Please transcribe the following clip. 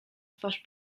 twarz